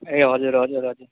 ए हजुर हजुर हजुर